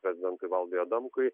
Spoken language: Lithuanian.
prezidentui valdui adamkui